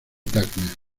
tacna